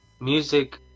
music